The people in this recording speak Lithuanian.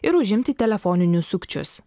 ir užimti telefoninius sukčius